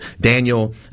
Daniel